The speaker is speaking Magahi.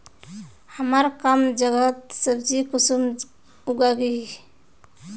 हमार कम जगहत सब्जी कुंसम उगाही?